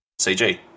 cg